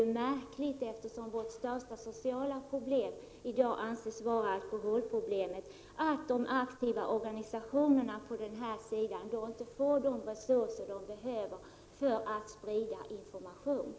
Det är märkligt att de aktiva organisationerna inte får de resurser de behöver för att kunna sprida information, eftersom det största sociala problemet i dag anses vara alkoholproblemet.